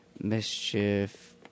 Mischief